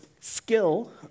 skill